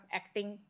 acting